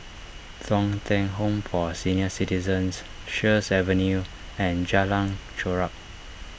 Thong Teck Home for Senior Citizens Sheares Avenue and Jalan Chorak